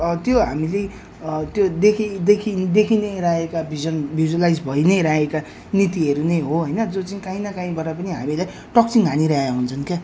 त्यो हामीले त्यो देखी देखी देखी नै रहेका भिजन भिज्वलाइज भई नै रहेका नीतिहरू नै हो होइन जो चाहिँ काहीँ न काहीँबाट पनि हामीलाई टकसिङ् हानिराखेका हुन्छन् क्या